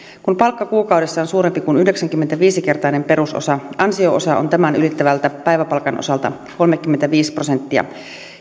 kun palkka kuukaudessa on suurempi kuin yhdeksänkymmentäviisi kertainen perusosa ansio osa on tämän ylittävän päiväpalkan osalta kolmekymmentäviisi prosenttia